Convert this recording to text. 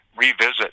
revisit